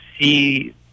see